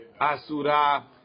Asura